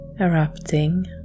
erupting